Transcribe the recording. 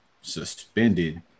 suspended